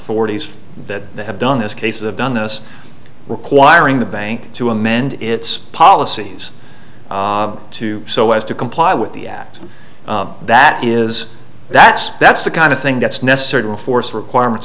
horities that they have done this case of doneness requiring the bank to amend its policies too so as to comply with the act that is that's that's the kind of thing that's necessary to force requirements